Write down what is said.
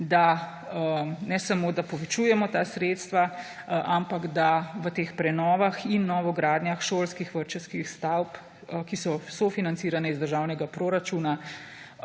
da ne samo povečujemo ta sredstva, ampak da v teh prenovah in novogradnjah šolskih, vrtčevskih stavb, ki so sofinancirane iz državnega proračuna,